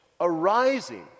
arising